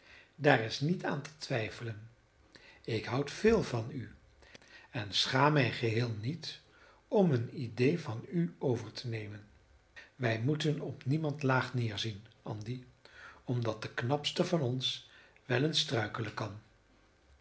daar is niet aan te twijfelen ik houd veel van u en schaam mij geheel niet om een idee van u over te nemen wij moeten op niemand laag neerzien andy omdat de knapste van ons wel eens struikelen kan